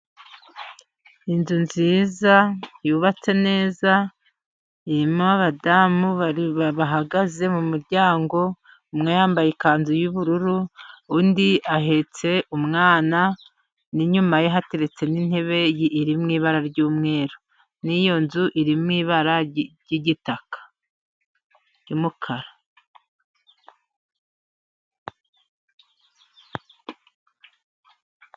Inzu nziza yubatse neza, irimo abagore bahagaze mu muryango, umwe yambaye ikanzu y'ubururu, undi ahetse umwana, n'inyuma ye hateretse intebe iri mu ibara ry'umweru, n'iyo nzu irimo ibara ry'igitaka, ry'umukara.